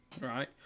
right